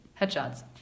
Headshots